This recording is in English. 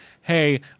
hey